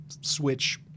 switch